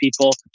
people